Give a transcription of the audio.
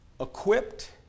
equipped